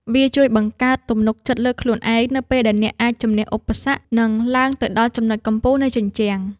វាជួយបង្កើតទំនុកចិត្តលើខ្លួនឯង នៅពេលដែលអ្នកអាចជម្នះឧបសគ្គ និងឡើងទៅដល់ចំណុចកំពូលនៃជញ្ជាំង។